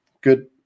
Good